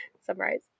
summarize